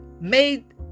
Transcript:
made